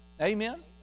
Amen